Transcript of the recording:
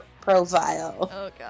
profile